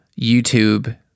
YouTube